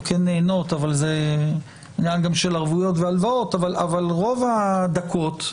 כן נהנות אבל זה עניין של ערבויות והלוואות אבל רוב הדקות,